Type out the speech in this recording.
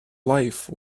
life